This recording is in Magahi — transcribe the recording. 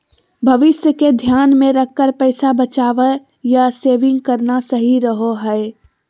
भविष्य के ध्यान मे रखकर पैसा बचावे या सेविंग करना सही रहो हय